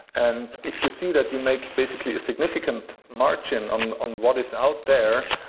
and if you see that you make basically a significant margin on on what is out there,